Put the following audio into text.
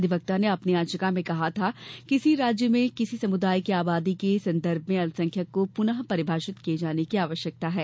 अधिवक्ता ने अपनी याचिका में कहा था कि किसी राज्य में किसी समुदाय की आबादी के संदर्भ में अल्पसंख्यक को पुनः परिभाषित किये जाने की आवश्यकता है